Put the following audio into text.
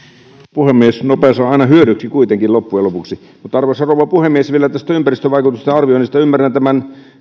puhemies nopeus on kuitenkin aina hyödyksi loppujen lopuksi arvoisa rouva puhemies vielä tästä ympäristövaikutusten arvioinnista ymmärrän tämän